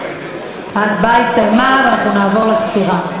ההצבעה הסתיימה ואנחנו נעבור לספירה.